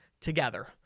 together